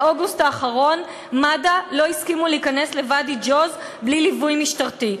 באוגוסט האחרון מד"א לא הסכימו להיכנס לוואדי-ג'וז בלי ליווי משטרתי,